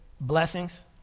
blessings